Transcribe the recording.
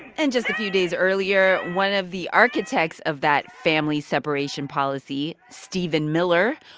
and just a few days earlier, one of the architects of that family separation policy, stephen miller,